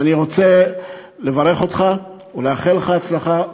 אז אני רוצה לברך אותך ולאחל לך הצלחה.